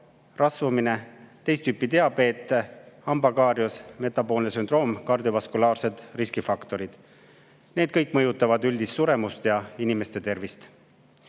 rasvumine, teist tüüpi diabeet, hambakaaries, metaboolne sündroom, kardiovaskulaarsed riskifaktorid. Need kõik mõjutavad üldist suremust ja inimeste tervist.